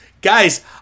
Guys